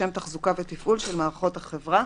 לשם תחזוקה ותפעול של מערכות החברה,